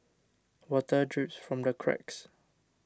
water drips from the cracks